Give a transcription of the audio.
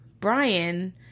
Brian